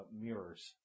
Mirrors